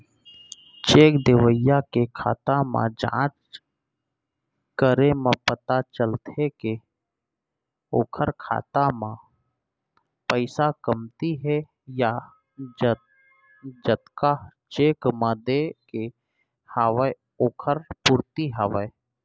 cheque देवइया के खाता म जाँच करे म पता चलथे के ओखर खाता म पइसा कमती हे या जतका चेक म देय के हवय ओखर पूरति हवय